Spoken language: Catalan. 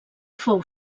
fou